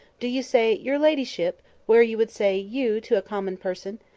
do you say, your ladyship where you would say you to a common person?